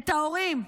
את ההורים,